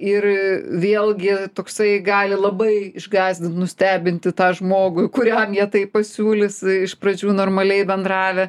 ir vėlgi toksai gali labai išgąsdint nustebinti tą žmogų kuriam jie tai pasiūlys iš pradžių normaliai bendravę